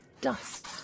dust